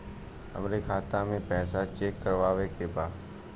हमरे खाता मे पैसा चेक करवावे के बा?